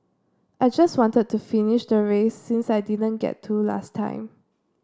I just wanted to finish the race since I didn't get to last time